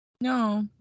No